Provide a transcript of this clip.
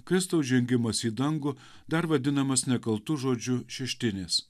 kristaus žengimas į dangų dar vadinamas nekaltu žodžiu šeštinės